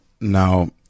now